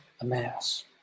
amass